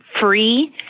free